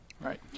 Right